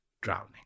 drowning